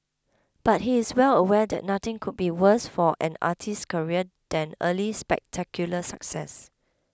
but he is well aware that nothing could be worse for an artist's career than early spectacular success